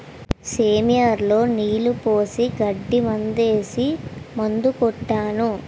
sprayer లో నీళ్లు పోసి గడ్డి మందేసి మందు కొట్టాను